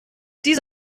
diese